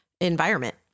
environment